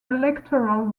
electoral